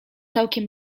całkiem